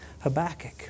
Habakkuk